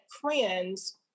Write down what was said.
friends